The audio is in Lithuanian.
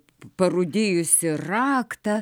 parūdijusį raktą